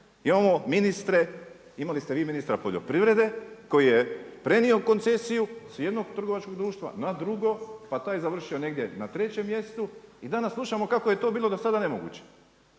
Imamo ministre, imali ste vi ministra poljoprivrede koji je prenio koncesiju s jednog trgovačkog društva na drugo, pa taj završio negdje na trećem mjestu i danas slušamo kako je to bilo dosada nemoguće.